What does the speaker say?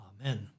Amen